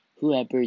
Whoever